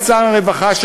שר הרווחה,